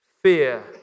Fear